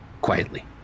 quietly